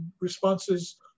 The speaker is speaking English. responses